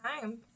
time